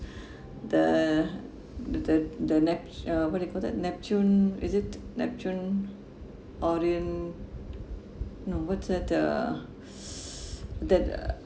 the the the the nep~ uh what do you call that neptune is it neptune orient no what's that uh that uh